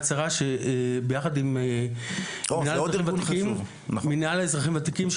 שרה׳ ביחד עם המנהל לאזרחים ותיקים,